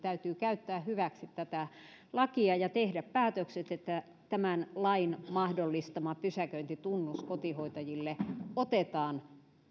käyttää hyväksi tätä lakia ja tehdä päätökset että tämän lain mahdollistama pysäköintitunnus kotihoitajille otetaan